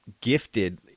gifted